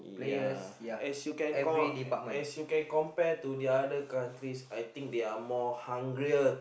ya as you can com~ as you can compare to the other countries I think they are more hungrier